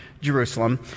Jerusalem